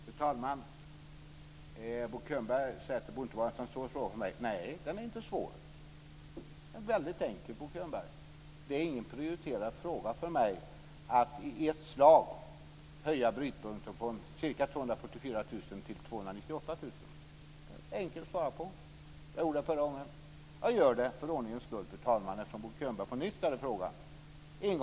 Fru talman! Bo Könberg säger att det inte borde vara en så svår fråga för mig. Nej, den är inte svår. Den är väldigt enkel, Bo Könberg. Det är ingen prioriterad fråga för mig att i ett slag höja brytpunkten från ca 244 000 kr till 298 000 kr. Det är en fråga som det är enkelt att svara på, och jag gjorde det i min förra replik och jag gör det för ordningens skull också i den här repliken, eftersom Bo Könberg på nytt ställde denna fråga.